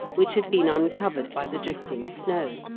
which had been uncovered by the drifting snow,